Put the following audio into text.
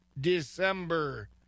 december